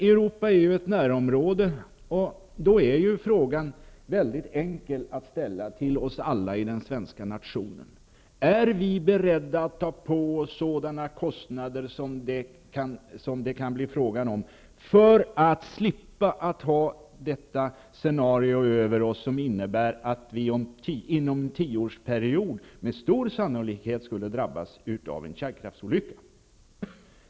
Europa är ju ett närområde och då är frågan mycket enkel och kan ställas till den svenska nationen: Är vi beredda att ta på oss sådana kostnader som det kan bli fråga om för att slippa scenariot att inom en 10 års period med stor sannolikhet drabbas av en kärnkraftsolycka.